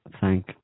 thank